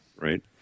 right